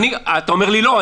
אתה אומר לי לא,